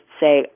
say